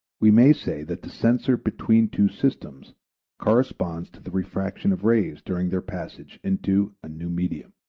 we may say that the censor between two systems corresponds to the refraction of rays during their passage into a new medium.